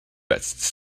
vests